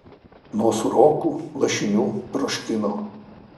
nuo sūrokų lašinių troškino